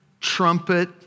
trumpet